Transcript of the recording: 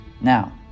Now